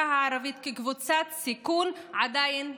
הערבית כקבוצת סיכון עדיין קיימת?